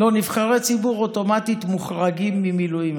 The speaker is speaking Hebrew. לא, נבחרי ציבור אוטומטית מוחרגים ממילואים.